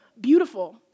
beautiful